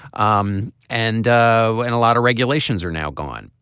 um and so and a lot of regulations are now gone.